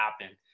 happen